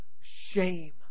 shame